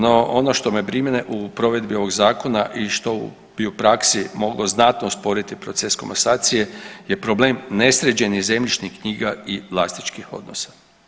No ono što me brine u provedbi ovog zakona i što bi u praksi moglo znatno usporiti proces komasacije je problem nesređenih zemljišnih knjiga i vlasničkih odnosa.